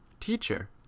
teacher